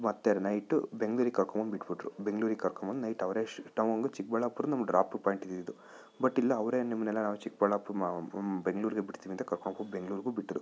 ಮತ್ತೆ ನೈಟು ಬೆಂಗ್ಳೂರಿಗೆ ಕರ್ಕೊಂಡು ಬಂದು ಬಿಟ್ಬಿಟ್ರು ಬೆಂಗ್ಳೂರಿಗೆ ಕರ್ಕೊಂಡು ಬಂದು ನೈಟ್ ಅವರೇ ಟೌನ್ಗೆ ಚಿಕ್ಕಬಳ್ಳಾಪುರ ನಮ್ದು ಡ್ರಾಪ್ಡ್ ಪಾಯಿಂಟು ಇದ್ದಿದ್ದು ಬಟ್ ಇಲ್ಲಿ ಅವರೇ ನಿಮ್ಮನ್ನೆಲ್ಲ ನಾವು ಚಿಕ್ಬಳ್ಳಾಪುರ ಬೆಂಗಳೂರಿಗೆ ಬಿಡ್ತೀವಿ ಕರ್ಕೊಂಡ್ಬಂದು ಬೆಂಗ್ಳೂರಿಗೂ ಬಿಟ್ಟರು